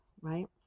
right